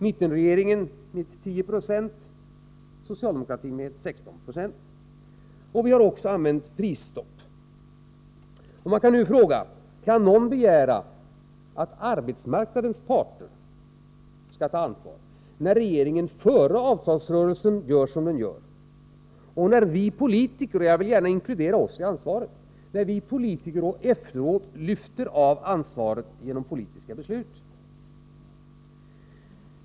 Mittenregeringen devalverade med 1096, den socialdemokratiska regeringen med 16 26. Vi har också använt prisstopp. Man kan nu fråga: Kan någon begära att arbetsmarknadens parter skall ta ansvaret, när regeringen före avtalsrörelsen gör som den gör och när vi politiker — jag vill gärna inkludera oss alla i ansvaret — efteråt lyfter av ansvaret genom politiska beslut?